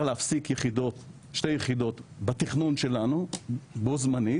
להפסיק שתי יחידות בתכנון שלנו בו זמנית,